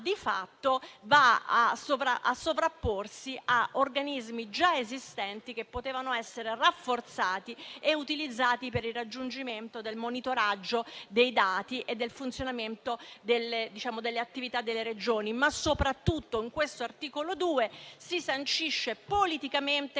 di fatto va a sovrapporsi a organismi già esistenti, che potevano essere rafforzati e utilizzati per il raggiungimento del monitoraggio dei dati e del funzionamento delle attività delle Regioni. Soprattutto, all'articolo 2 si sancisce politicamente che